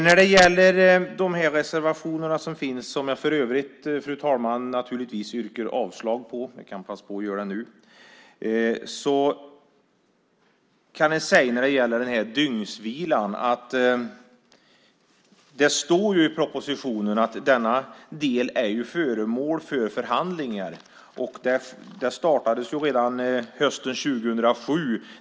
När det gäller de reservationer som finns, som jag för övrigt, fru talman, passar på att yrka avslag på nu, kan man när det gäller dygnsvilan säga att det ju står i propositionen att denna del är föremål för förhandlingar.